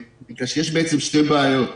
יש בעצם שתי בעיות.